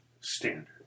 standard